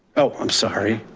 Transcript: oh, i'm sorry.